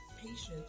patience